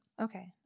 Okay